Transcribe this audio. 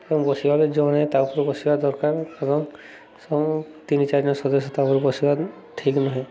ଏବଂ ବସିବାରେ ଯେଉଁମାନେ ତା ଉପରେ ବସିବା ଦରକାର ଏବଂ ସବୁ ତିନି ଚାରି ଦିନ ସଦସ୍ୟ ତା ଉପରେ ବସିବା ଠିକ୍ ନୁହଁ